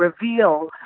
reveal